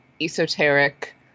esoteric